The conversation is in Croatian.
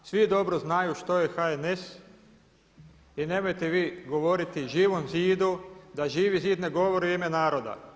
Svi dobro znaju što je HNS i nemojte vi govoriti Živom zidu da Živi zid ne govori u ime naroda.